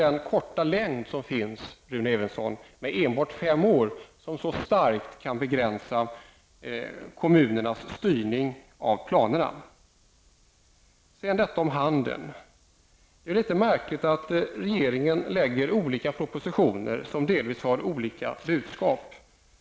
Den korta tiden fem år, Rune Evensson, har vi också kritiserat, eftersom den så starkt kan begränsa kommunernas styrning av planerna. När det gäller handeln kan man säga att det är litet märkligt att regeringen lägger fram propositioner som delvis har olika budskap.